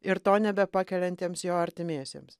ir to nebe pakeliantiems jo artimiesiems